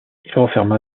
referma